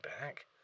back